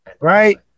Right